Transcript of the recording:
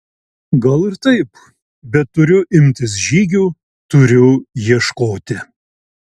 gal ir taip bet turiu imtis žygių turiu ieškoti